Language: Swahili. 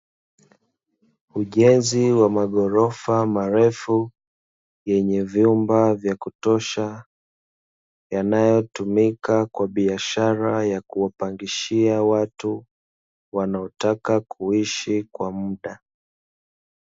Ujenzi wa maghorofa marefu, yenye vyumba vya kutosha, yanayotumika kwa biashara ya kupangishia watu wanaotaka kuishi kwa mda.